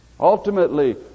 Ultimately